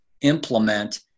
implement